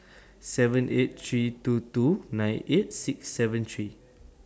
seven eight three two two nine eight six seven three